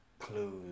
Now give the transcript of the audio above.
clues